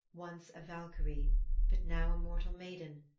once a valkyrie but now a mortal maiden,